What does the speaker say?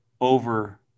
over